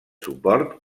suport